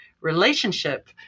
relationship